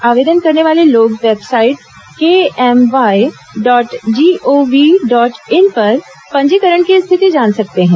आवेदन करने वाले लोग वेबसाइट के MY dot GO V dot in पर पंजीकरण की स्थिति जान सकते हैं